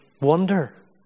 wonder